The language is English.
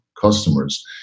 customers